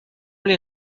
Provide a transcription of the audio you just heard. les